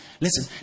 Listen